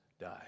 die